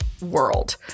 world